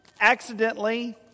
accidentally